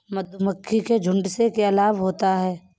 मधुमक्खी के झुंड से क्या लाभ होता है?